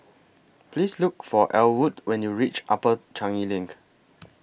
Please Look For Ellwood when YOU REACH Upper Changi LINK